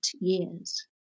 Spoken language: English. years